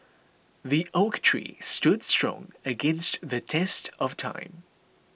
the oak tree stood strong against the test of time